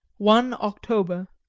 one october,